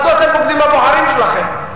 מדוע אתם בוגדים בבוחרים שלכם?